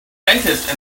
dentist